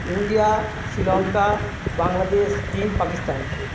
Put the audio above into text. India Sri Lanka Bangladesh চীন পাকিস্তান